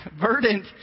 Verdant